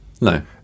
No